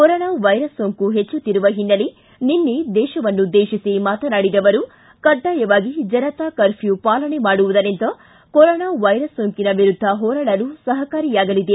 corona virus ಸೋಂಕು ಹೆಚ್ಚುತ್ತಿರುವ ಹಿನ್ನೆಲೆ ನಿನ್ನೆ ದೇಶವನ್ನು ಉದ್ದೇಶಿಸಿ ಮಾತನಾಡಿದ ಅವರು ಕಡ್ಡಾಯವಾಗಿ ಜನತಾ ಕರ್ಫ್ಯೂ ಪಾಲನೆ ಮಾಡುವುದರಿಂದ ಕೊರೊನಾ ವೈರಸ್ ಸೋಂಕಿನ ವಿರುದ್ಧ ಹೋರಾಡಲು ಸಹಕಾರಿಯಾಗಲಿದೆ